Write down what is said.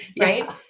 Right